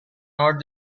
not